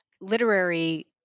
literary